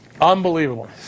Unbelievable